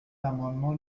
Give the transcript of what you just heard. l’amendement